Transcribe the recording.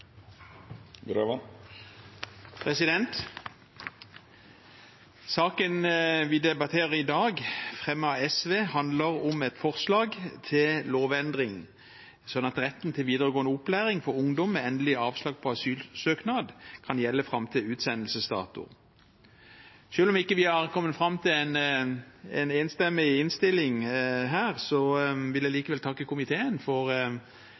vi debatterer i dag, fremmet av SV, handler om et forslag til lovendring slik at retten til videregående opplæring for ungdom med endelig avslag på asylsøknad kan gjelde fram til utsendelsesdato. Selv om vi ikke har kommet fram til en enstemmig innstilling her, vil jeg likevel takke komiteen for